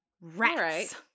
rats